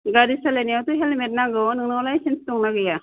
गारि सालायनायावथ' हेलमेट नांगौ नोंनाव लायसेन्स दंना गैया